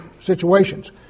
situations